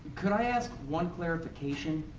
i mean i ask one clarification,